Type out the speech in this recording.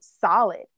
solid